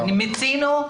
מיצינו.